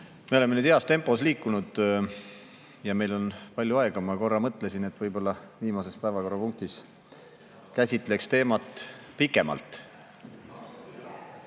Me oleme nüüd heas tempos liikunud ja meil on palju aega. Ma korra mõtlesin, et võib-olla viimases päevakorrapunktis käsitleks teemat pikemalt.